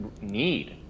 need